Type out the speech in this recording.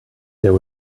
there